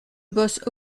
bosse